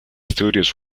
studios